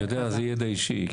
אני יודע מידע אישי,